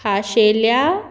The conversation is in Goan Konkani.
खाशेल्या